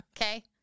Okay